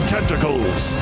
Tentacles